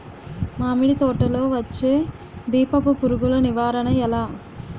మామిడి తోటలో వచ్చే దీపపు పురుగుల నివారణ ఎలా?